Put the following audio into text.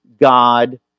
God